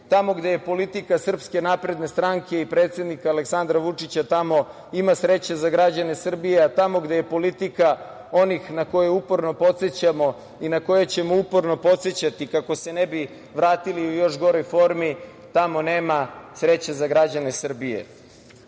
tamo gde je politika SNS i predsednika Aleksandra Vučića, tamo ima sreće za građane Srbije, a tamo gde je politika onih na koje uporno podsećamo i na koje ćemo uporno podsećati kako se ne bi vratili u još goroj formi, tamo nema sreće za građane Srbije. Imajući